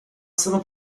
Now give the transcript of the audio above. sono